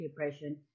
Depression